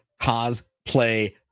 cosplay